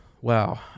Wow